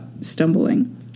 stumbling